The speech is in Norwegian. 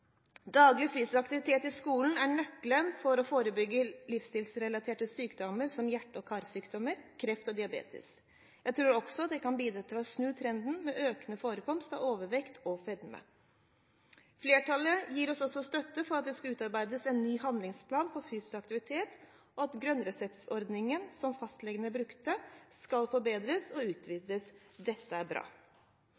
Daglig fysisk aktivitet i skolen er nøkkelen for å forebygge livsstilsrelaterte sykdommer som hjerte- og karsykdommer, kreft og diabetes. Jeg tror også det kan bidra til å snu trenden med økende forekomst av overvekt og fedme. Flertallet gir oss også støtte for at det skal utarbeides en ny handlingsplan for fysisk aktivitet, og at grønn resept-ordningen som fastlegene brukte, skal forbedres og